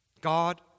God